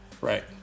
Right